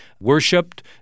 worshipped